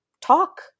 talk